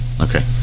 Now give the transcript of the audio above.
Okay